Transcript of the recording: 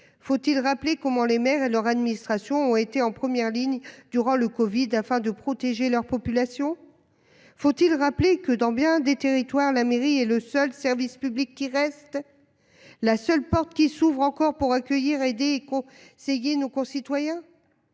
Faut-il rappeler comment les maires et leur administration étaient en première ligne durant le covid afin de protéger leur population ? Faut-il rappeler que, dans bien des territoires, la mairie est le seul service public qui reste, la seule porte encore ouverte pour accueillir, aider et conseiller nos concitoyens ?